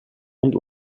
und